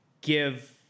give